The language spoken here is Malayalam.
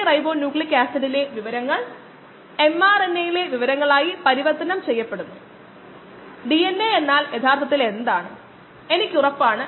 ഓൺലൈൻ എന്നാൽ ബയോ റിയാക്ടറെ ശല്യപ്പെടുത്തില്ല എന്നാണ് ഒരു തടസ്സവുമില്ലാതെ പ്രക്രിയ തുടരുന്നതിനാൽ ഇത് ഓൺലൈനിൽ അളക്കുന്നു